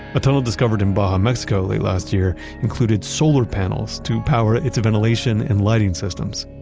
a tunnel discovered in baja mexico late last year included solar panels to power its ventilation and lighting systems